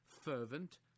fervent